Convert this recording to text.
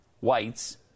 whites